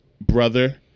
brother